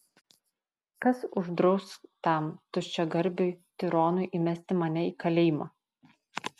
kas uždraus tam tuščiagarbiui tironui įmesti mane į kalėjimą